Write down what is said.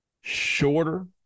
shorter